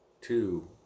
two